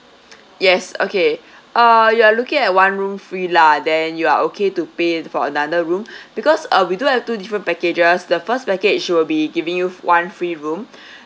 yes okay uh you are looking at one room free lah then you are okay to pay for another room because uh we do have two different packages the first package we'll be giving you one free room